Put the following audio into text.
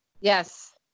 Yes